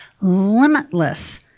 limitless